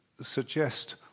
suggest